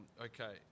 okay